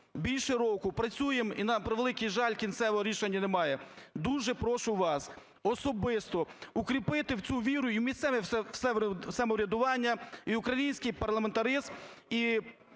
Більше року працюємо і, на превеликий жаль, кінцевого рішення немає. Дуже прошу вас особисто укріпити в цю віру і місцеве самоврядування, і український парламентаризм,